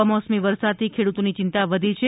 કમોસમી વરસાદથી ખેડૂતોની ચિંતા વધી છે